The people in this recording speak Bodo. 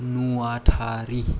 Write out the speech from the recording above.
नुवाथारि